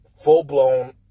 full-blown